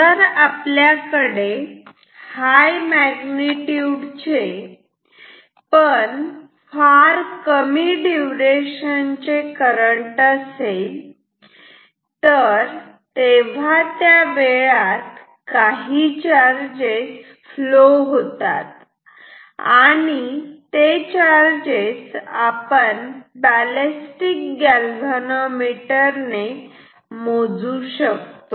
जर आपल्याकडे high magnitude चे पण फार कमी ड्युरेशन चे करंट असेल तर तेव्हा त्या वेळात काही चार्जेस फ्लो होतात आणि ते चार्जेस आपण बॅलेस्टिक गॅलव्हॅनोमीटर ने मोजू शकतो